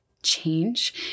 change